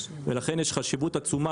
לכן יש חשיבות גדולה,